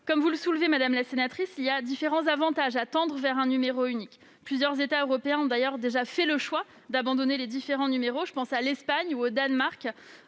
comme celle que vous avez mentionnée. En effet, il y a différents avantages à tendre vers un numéro unique. Plusieurs États européens ont d'ailleurs déjà fait le choix d'abandonner leurs différents numéros ; je pense à l'Espagne, au Danemark